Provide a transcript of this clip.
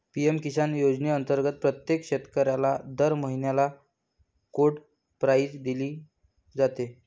PM किसान योजनेअंतर्गत प्रत्येक शेतकऱ्याला दर महिन्याला कोड प्राईज दिली जाते